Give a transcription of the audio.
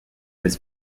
was